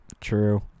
True